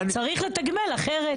צריך לתגמל אחרת.